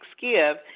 give